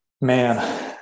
man